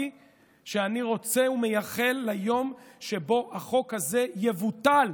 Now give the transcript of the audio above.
שאני רוצה ומייחל ליום שבו החוק הזה יבוטל,